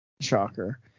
shocker